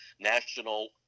national